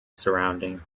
surrounding